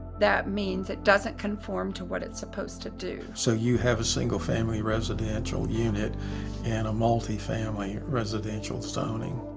that means it doesn't conform to what it's supposed to do. so you have a single family residential unit and a multifamily residential zoning,